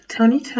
Tony